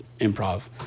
improv